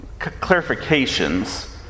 clarifications